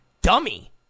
dummy